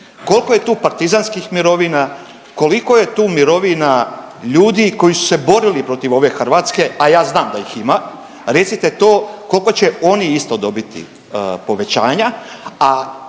kolko je tu partizanskih mirovina, koliko je tu mirovina ljudi koji su se borili protiv ove Hrvatske, a ja znam da ih ima, recite to kolko će oni isto dobiti povećanja? A